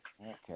Okay